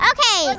Okay